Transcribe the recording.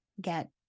get